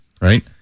right